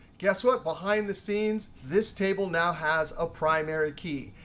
guess what? behind the scenes, this table now has a primary key.